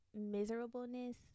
miserableness